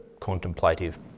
contemplative